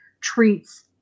treats